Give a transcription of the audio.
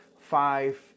five